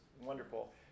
wonderful